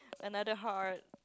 another heart